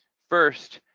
first,